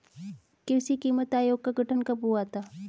कृषि कीमत आयोग का गठन कब हुआ था?